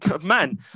Man